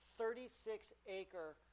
36-acre